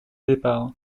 départ